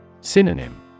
Synonym